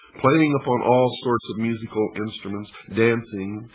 playing upon all sorts of musical instruments, dancing,